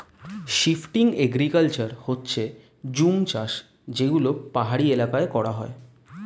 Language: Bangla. শিফটিং এগ্রিকালচার হচ্ছে জুম চাষ যেগুলো পাহাড়ি এলাকায় করা হয়